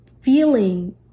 feeling